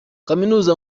kaminuza